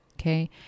okay